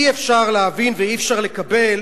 אי-אפשר להבין ואי-אפשר לקבל